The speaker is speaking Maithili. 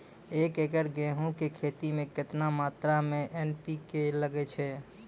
एक एकरऽ गेहूँ के खेती मे केतना मात्रा मे एन.पी.के लगे छै?